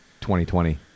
2020